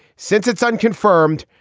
since it's unconfirmed,